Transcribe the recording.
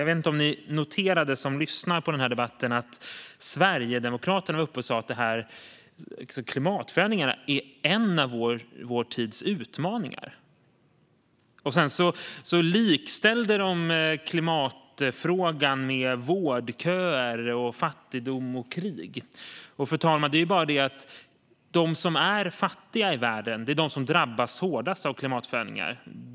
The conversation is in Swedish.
Jag vet inte om ni som lyssnar på debatten noterade att Sverigedemokraterna var uppe och sa att klimatförändringarna är en av vår tids utmaningar. Sedan likställde de klimatfrågan med vårdköer, fattigdom och krig. Fru talman! Det är bara det att de som är fattiga i världen är de som drabbas hårdast av klimatförändringarna.